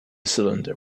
cylinder